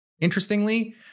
interestingly